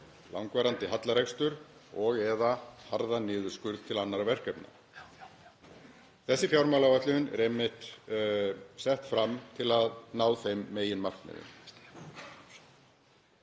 langvarandi hallarekstur og/eða harðan niðurskurð til annarra verkefna. Þessi fjármálaáætlun er einmitt fram til að ná þeim meginmarkmiðum.